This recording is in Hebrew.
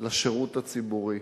לשירות הציבורי,